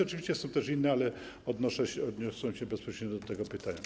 Oczywiście są też inne, ale odniosłem się bezpośrednio do tego pytania.